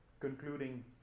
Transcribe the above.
concluding